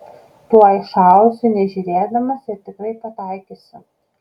tuoj šausiu nežiūrėdamas ir tikrai pataikysiu